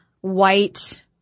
white